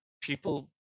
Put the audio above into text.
people